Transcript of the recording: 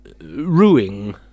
ruining